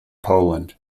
poland